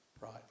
right